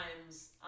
times